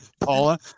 Paula